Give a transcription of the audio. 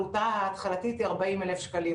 עלותה ההתחלתית היא 40,000 שקלים,